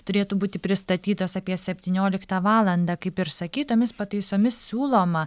turėtų būti pristatytos apie septynioliktą valandą kaip ir sakei tomis pataisomis siūloma